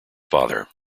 father